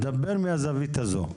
דבר מהזווית הזאת.